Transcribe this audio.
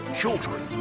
children